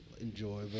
enjoyable